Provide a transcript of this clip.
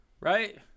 right